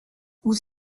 vous